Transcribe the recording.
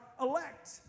elect